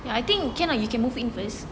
ya I think can lah you can move in first